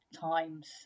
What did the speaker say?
times